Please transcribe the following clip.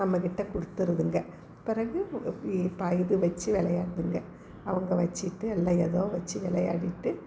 நம்மக்கிட்ட கொடுத்துருதுங்க பிறகு இ ப இது வச்சு விளையாடுதுங்க அவங்க வச்சுட்டு இல்லை ஏதோ வச்சு விளையாடிட்டு